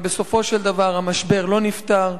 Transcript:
אבל בסופו של דבר המשבר לא נפתר.